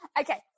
okay